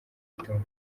ubutumwa